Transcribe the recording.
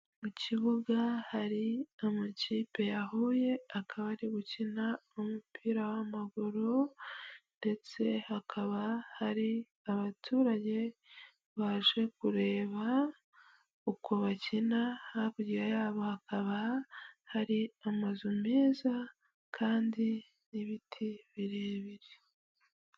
Mu kibuga hari amakipe yahuye akaba ari gukina umupira w'amaguru ndetse hakaba hari abaturage baje kureba uko bakina, hakurya yabo hakaba hari amazu meza kandi n'ibiti birebire.